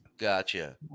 Gotcha